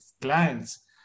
clients